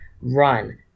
run